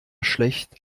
schlecht